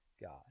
God